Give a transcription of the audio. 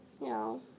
No